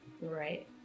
Right